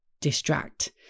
distract